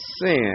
sin